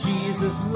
Jesus